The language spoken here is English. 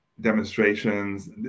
Demonstrations